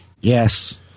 Yes